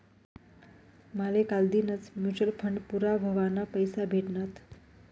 माले कालदीनच mutual fund पूरा व्हवाना पैसा भेटनात